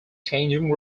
changing